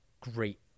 great